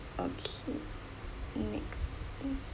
okay next is